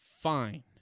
Fine